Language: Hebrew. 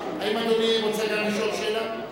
אדוני רוצה לשאול שאלה?